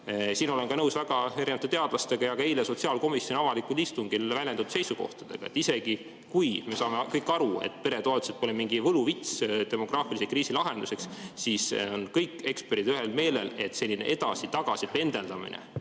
nõus väga erinevate teadlastega ja ka eile sotsiaalkomisjoni avalikul istungil väljendatud seisukohtadega, et isegi kui me saame kõik aru, et peretoetused pole mingi võluvits demograafilise kriisi lahenduseks, siis on kõik eksperdid ühel meelel, et selline edasi-tagasi pendeldamine